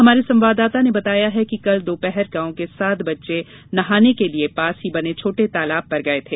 हमारे संवाददाता ने बताया है कि कल दोपहर गांव के सात बच्चे नहाने के लिये पास ही बने छोटे तालाब पर गये थे